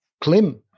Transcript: klim